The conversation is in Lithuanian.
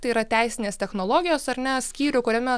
tai yra teisinės technologijos ar ne skyrių kuriame